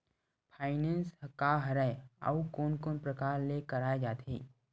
Finance का हरय आऊ कोन कोन प्रकार ले कराये जाथे?